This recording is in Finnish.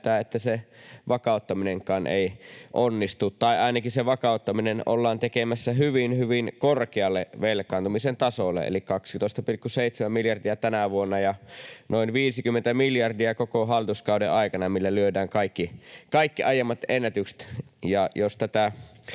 että vakauttaminenkaan ei onnistu tai ainakin se vakauttaminen ollaan tekemässä hyvin, hyvin korkealle velkaantumisen tasolle, eli 12,7 miljardia tänä vuonna ja noin 50 miljardia koko hallituskauden aikana, millä lyödään kaikki aiemmat ennätykset.